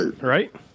right